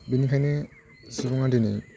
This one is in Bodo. बिनिखायनो सुबुङा दिनै